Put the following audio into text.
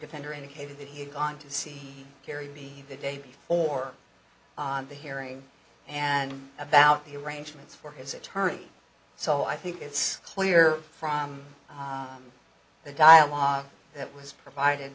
defender indicated that he had gone to see kerry the day before the hearing and about the arrangements for his attorney so i think it's clear from the dialog that was provided